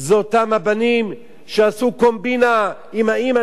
זה אותם הבנים שעשו קומבינה עם האמא